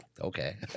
Okay